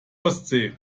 ostsee